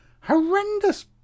horrendous